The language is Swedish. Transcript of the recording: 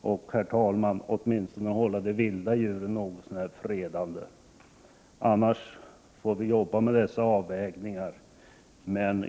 och åtminstone hålla de vilda djuren något så när fredade? Annars får vi arbeta med dessa avvägningar.